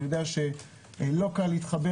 אני יודע שלא קל להתחבר.